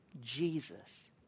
Jesus